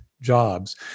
jobs